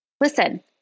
listen